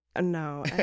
No